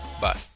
Bye